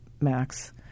max